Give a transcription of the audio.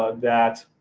ah that